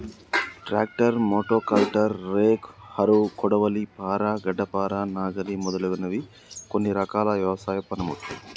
tractor, మోటో కల్టర్, rake, harrow, కొడవలి, పార, గడ్డపార, నాగలి మొదలగునవి కొన్ని రకాల వ్యవసాయ పనిముట్లు